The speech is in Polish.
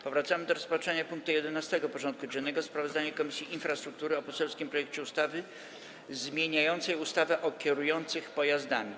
Powracamy do rozpatrzenia punktu 11. porządku dziennego: Sprawozdanie Komisji Infrastruktury o poselskim projekcie ustawy o zmianie ustawy o kierujących pojazdami.